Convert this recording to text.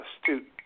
astute